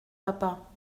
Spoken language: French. papa